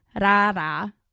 rara